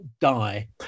die